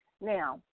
Now